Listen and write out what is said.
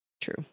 True